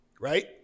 Right